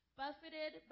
buffeted